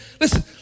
Listen